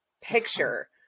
picture